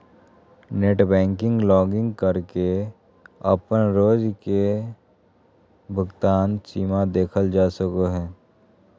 net banking login करके अपन रोज के भुगतान सीमा देखल जा सको हय